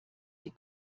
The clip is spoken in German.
sie